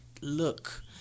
look